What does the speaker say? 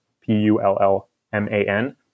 P-U-L-L-M-A-N